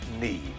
need